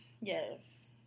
yes